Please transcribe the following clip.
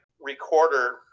recorder